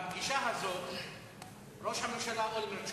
בפגישה הזאת ראש הממשלה אולמרט,